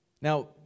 Now